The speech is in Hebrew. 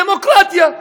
דמוקרטיה.